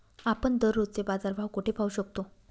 आपण दररोजचे बाजारभाव कोठे पाहू शकतो?